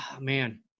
man